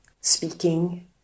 speaking